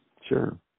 Sure